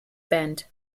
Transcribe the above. band